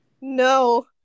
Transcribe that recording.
No